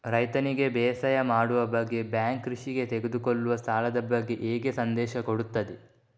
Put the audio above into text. ರೈತನಿಗೆ ಬೇಸಾಯ ಮಾಡುವ ಬಗ್ಗೆ ಬ್ಯಾಂಕ್ ಕೃಷಿಗೆ ತೆಗೆದುಕೊಳ್ಳುವ ಸಾಲದ ಬಗ್ಗೆ ಹೇಗೆ ಸಂದೇಶ ಕೊಡುತ್ತದೆ?